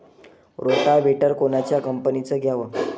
Rotavator कोनच्या कंपनीचं घ्यावं?